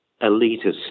elitist